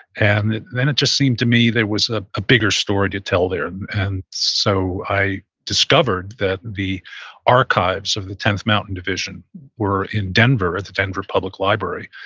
and then it just seemed to me there was a ah bigger story to tell there and so i discovered that the archives of the tenth mountain division were in denver at the denver public library.